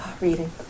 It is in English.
Reading